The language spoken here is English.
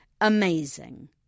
Amazing